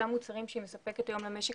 אותם מוצרים שהיא מספקת היום למשק